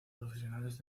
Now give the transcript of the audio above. profesionales